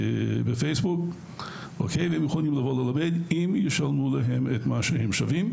בפייסבוק והם יכולים לבוא ללמד אם ישלמו להם את מה שהם שווים,